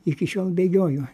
iki šiol bėgioju